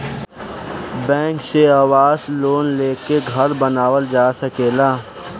bank से आवास loan लेके घर बानावल जा सकेला